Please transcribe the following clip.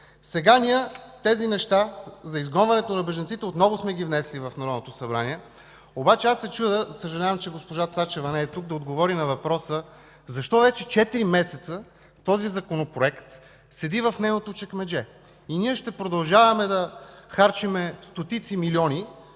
Сега тези неща – за изгонването на бежанците, отново сме ги внесли в Народното събрание, обаче аз се чудя – съжалявам, че госпожа Цачева не е тук да отговори на въпроса – защо вече четири месеца този Законопроект седи в нейното чекмедже? Ние ще продължаваме да харчим стотици милиони